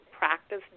practice